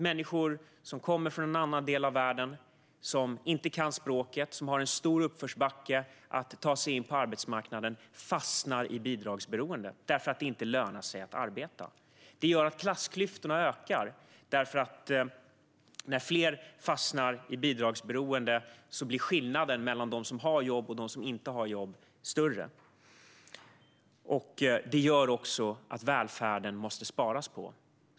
Människor som kommer från en annan del av världen, inte kan språket och har en stor uppförsbacke in på arbetsmarknaden fastnar i bidragsberoende därför att det inte lönar sig att arbeta. Det gör att klassklyftorna ökar; när fler fastnar i bidragsberoende blir skillnaden mellan dem som har jobb och dem som inte har jobb större. Det gör också att man måste spara på välfärden.